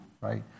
right